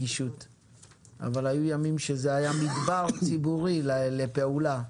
אבל היו ימים שזה היה מדבר ציבורי לפעולה.